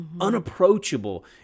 Unapproachable